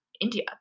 India